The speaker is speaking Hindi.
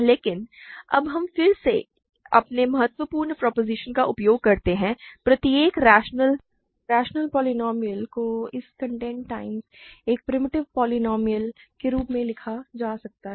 लेकिन अब हम फिर से अपने महत्वपूर्ण प्रोपोज़िशन का उपयोग करते हैं प्रत्येक रैशनल पोलीनोमिअल को इसके कंटेंट टाइम्स एक प्रिमिटिव पोलीनोमिअल के रूप में लिखा जा सकता है